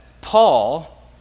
Paul